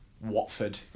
Watford